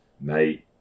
Mate